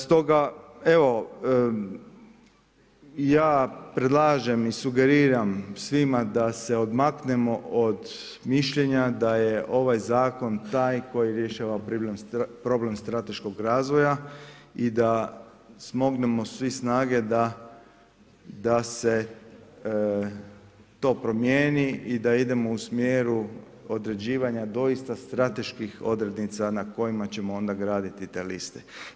Stoga evo ja predlažem i sugeriram svima da se odmaknemo od mišljenja da je ovaj zakon taj koji rješava problem strateškog razvoja i da smognemo svi snage da se to promijeni i da idemo u smjeru određivanja doista strateških odrednica na kojima ćemo onda graditi te liste.